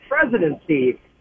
presidency